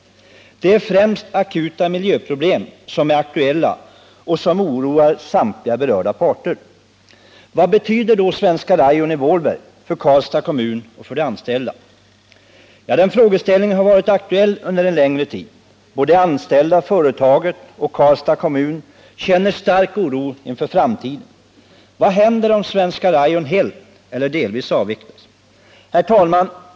Det är främst akuta miljöproblem som är aktuella och som oroar samtliga berörda parter. Vad betyder då Svenska Rayon i Vålberg för Karlstads kommun och för de anställda? Den frågeställningen har varit aktuell under en längre tid. Såväl de anställda som företaget och Karlstads kommun känner stark oro inför framtiden. Vad händer om Svenska Rayon helt eller delvis avvecklas? Herr talman!